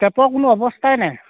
টেপৰ কোনো অৱস্থাই নাই